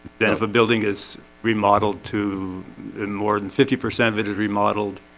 then if a building is remodeled to more than fifty percent of it is remodeled.